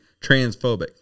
transphobic